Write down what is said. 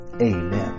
Amen